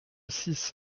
six